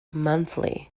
monthly